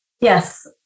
Yes